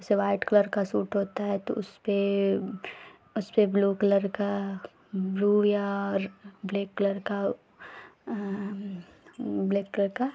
जैसे white colour का suit होता है तो उसपर उसपर ब्ल्यू कलर का ब्ल्यू या ब्लैक़ कलर का ब्लैक़ कलर का